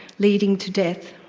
leading to death.